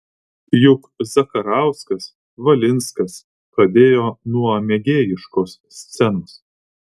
juk zakarauskas valinskas pradėjo nuo mėgėjiškos scenos